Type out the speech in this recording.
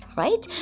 right